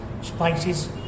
spices